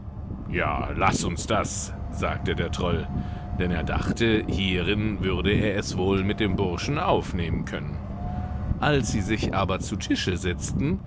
ja laß uns das sagte der troll denn er dachte hierin würde er es wohl mit dem burschen aufnehmen können als sie sich aber zu tische setzten